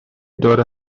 دوره